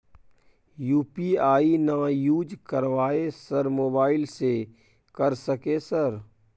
UPI ना use करवाएं sir mobile से कर सके सर?